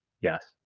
Yes